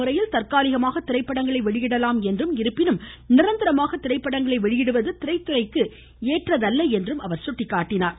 முறையில் தற்காலிகமாக திரைப்படங்களை வெளியிடலாம் எனவும் இருப்பினும் நிரந்தரமாக திரைப்படங்களை வெளியிடுவது திரைத்துறைக்கு ஏற்றதல்ல என்றும் அவர் குறிப்பிட்டார்